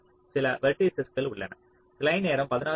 அங்கே சில வெர்ட்டிஸஸ்கள் உள்ளன